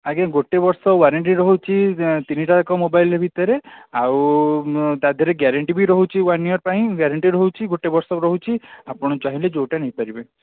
ଆଜ୍ଞା ଗୋଟେ ବର୍ଷ ୱାରେଣ୍ଟି ରହୁଛି ତିନିଟାଯାକ ମୋବାଇଲ୍ ଭିତରେ ଆଉ ତା'ଦେହରେ ଗ୍ୟାରେଣ୍ଟି ବି ରହୁଛି ୱାନ୍ ଇୟର୍ ପାଇଁ ଗ୍ୟାରେଣ୍ଟି ରହୁଛି ଗୋଟେ ବର୍ଷ ରହୁଛି ଆପଣ ଚାହିଁଲେ ଯେଉଁଟା ନେଇପାରିବେ